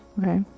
Okay